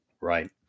Right